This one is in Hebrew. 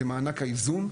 זה מענק האיזון.